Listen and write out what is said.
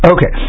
Okay